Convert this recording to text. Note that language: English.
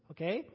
Okay